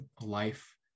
life